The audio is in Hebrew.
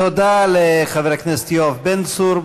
תודה לחבר הכנסת יואב בן צור.